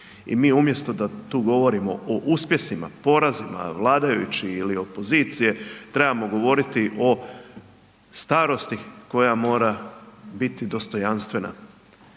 I umjesto da tu govorimo o uspjesima, porazima vladajućih ili opozicije, trebamo govoriti o starosti koja mora biti dostojanstvena.